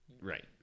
right